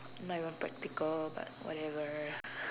not even practical but whatever